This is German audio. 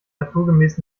naturgemäß